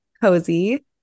cozy